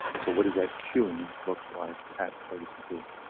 so what is that queuing looks like at legacy peak?